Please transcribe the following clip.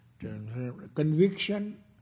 conviction